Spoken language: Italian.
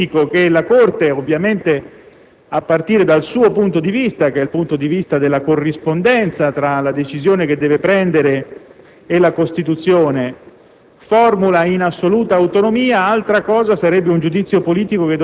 E tuttavia, un conto è il giudizio politico che la Corte, ovviamente a partire dal suo punto di vista, che è quello della corrispondenza tra la decisione che deve assumere e la Costituzione,